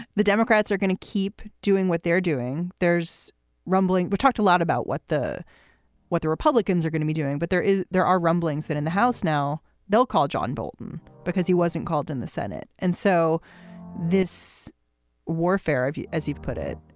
the democrats are going to keep doing what they're doing. there's rumbling. we've talked a lot about what the what the republicans are going to be doing. but there is there are rumblings that in the house now they'll call john bolton because he wasn't called in the senate. and so this warfare, as you've put it,